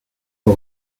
for